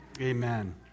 Amen